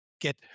get